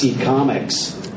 Comics